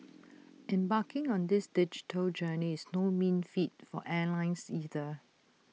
embarking on this digital journey is no mean feat for airlines either